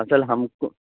اصل ہم کو